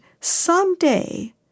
someday